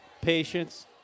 patience